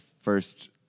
First